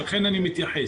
לכן אני מתייחס.